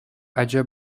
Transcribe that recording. ача